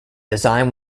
design